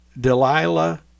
Delilah